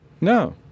No